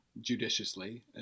judiciously